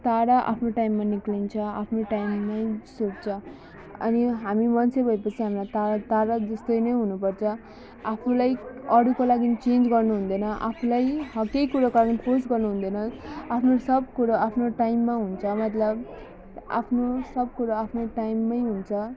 तारा आफ्नो टाइममा निस्किन्छ आफ्नो टाइममै सुत्छ अनि हामी मान्छे भएपछि हामीलाई तारा तारा जस्तै नै हुनुपर्छ आफूलाई अरूको लागि चेन्ज गर्नुहुँदैन आफूलाई हो त्यही कुरो कारण खोज गर्नुहुँदैन आफ्नो सब कुरो आफ्नो टाइममा हुन्छ मतलब आफ्नो सब कुरो आफ्नो टाइममै हुन्छ